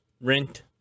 Rent